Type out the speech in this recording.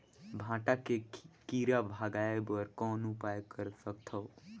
भांटा के कीरा भगाय बर कौन उपाय कर सकथव?